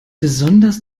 besonders